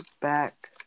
back